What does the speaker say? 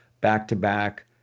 back-to-back